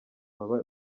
baba